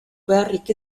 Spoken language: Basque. beharrik